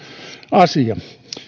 asia